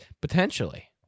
potentially